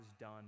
done